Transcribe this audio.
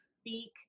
speak